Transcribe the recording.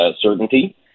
certainty